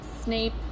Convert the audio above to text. Snape